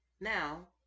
now